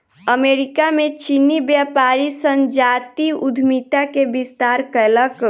America में चीनी व्यापारी संजातीय उद्यमिता के विस्तार कयलक